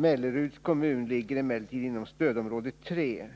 Melleruds kommun ligger emellertid inom stödområde 3,